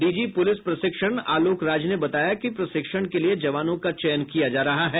DG police प्रशिक्षण आलोक राज ने बताया कि प्रशिक्षण के लिए जवानों का चयन किया जा रहा है